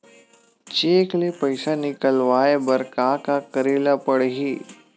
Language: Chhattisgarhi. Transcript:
चेक ले पईसा निकलवाय बर का का करे ल पड़हि?